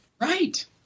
Right